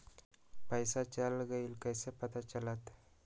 पैसा चल गयी कैसे पता चलत?